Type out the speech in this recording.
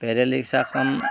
pedal ৰিক্সাখন